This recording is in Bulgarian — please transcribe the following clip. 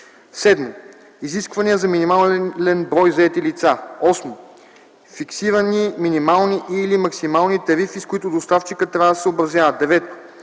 7. изисквания за минимален брой заети лица; 8. фиксирани минимални и/или максимални тарифи, с които доставчикът трябва да се съобразява; 9.